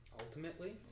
Ultimately